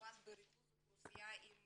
כמובן בריכוז אוכלוסייה עם